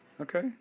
Okay